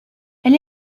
elle